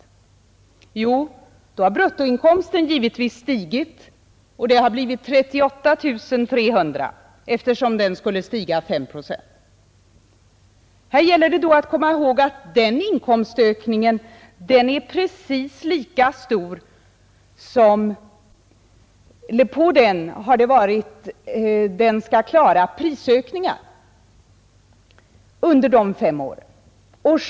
Jo, då har bruttoinkomsten givetvis stigit, och den har blivit 38 300, eftersom den skulle stiga 5 procent per år.